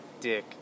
dick